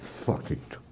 fuck it.